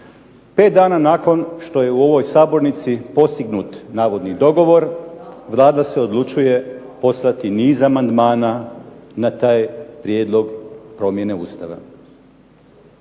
5 dana nakon što je u ovoj sabornici postignut navodni dogovor Vlada se odlučuje poslati niz amandmana na taj prijedlog promjene Ustava.